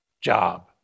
job